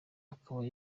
akaba